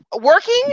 working